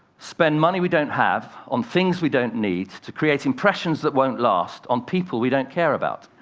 spend money we don't have on things we don't need to create impressions that won't last on people we don't care about.